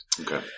Okay